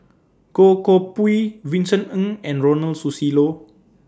Goh Koh Pui Vincent Ng and Ronald Susilo